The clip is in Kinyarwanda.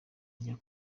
jya